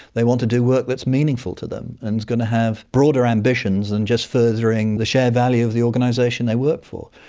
they want to do work that's meaningful to them and is going to have broader ambitions than and just furthering the share value of the organisation they work for.